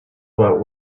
about